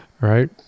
Right